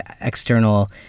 external